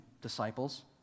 disciples